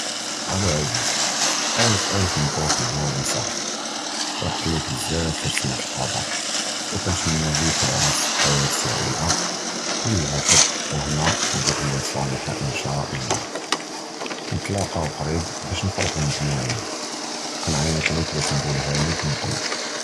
אַלּוּ עֲזִיז, אַלְף אַלְף מַבְּרוּכּ הַזּוּוַאג אָצַחְבִּי, פַרְחַת לִיכּ בְּזַאפ פִי שִמְעַת הַחְבַּר וְקִנְתַמַּנّى לִיכּ וּלְעַרוּסְתְּכּ חַיַאת סַעִידָה כֻּלָּהּ חֻבּ וְהַנָּאא' וְזֻרְיָה צַלִיחָה, אִן שָׁאא' אֵלְלָה. נִתְלַקּוּ קְרִיב בַּאש נִפְרַחּוּ מֻגְּ'מַּעִין, וְקִנְעַיְט לִיכּ בַּאש נִקּוּלְהָ לִיכּ מִן לְבִּי.